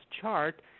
chart